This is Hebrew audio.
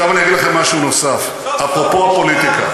עכשיו אני אגיד לכם משהו נוסף, אפרופו הפוליטיקה.